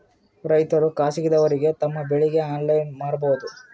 ರೈತರು ಖಾಸಗಿದವರಗೆ ತಮ್ಮ ಬೆಳಿ ಆನ್ಲೈನ್ ಮಾರಬಹುದು?